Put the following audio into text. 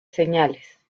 señales